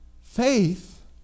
Faith